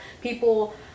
people